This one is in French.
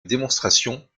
démonstration